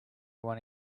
one